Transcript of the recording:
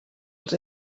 els